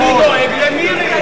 אני דואג למירי.